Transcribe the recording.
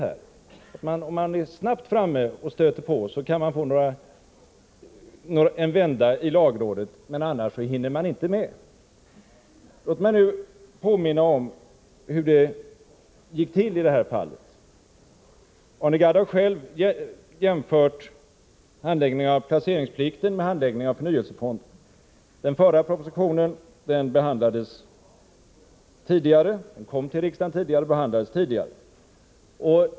Är man snabbt framme och stöter på, kan man få en vända i lagrådet — annars hinns det inte med. Låt mig nu påminna om hur det gick till i det här fallet. Arne Gadd har själv jämfört handläggningen av placeringsplikten med handläggningen av förnyelsefonderna. Den förra propositionen kom till riksdagen tidigare under hösten och behandlades tidigare.